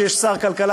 כשיש שר כלכלה,